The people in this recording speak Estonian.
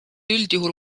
üldjuhul